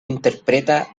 interpreta